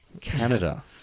Canada